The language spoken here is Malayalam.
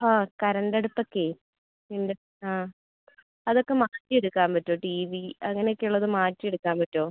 ആ കറണ്ട് അടുപ്പൊക്കെ ഉണ്ട് ആ അതൊക്കെ മാറ്റി എടുക്കാൻ പറ്റോ ടി വി അങ്ങനെയൊക്കെ ഉള്ളത് മാറ്റി എടുക്കാൻ പറ്റോ